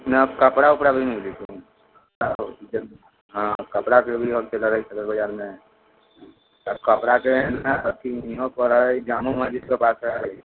इहाँ कपड़ा उपड़ा भी मिलैत हइ हँ कपड़ाके भी होल सेलर हइ सदर बाजारमे तऽ कपड़ाके हइ ने अथी इहोपर हइ जामो मस्जिदके पास हइ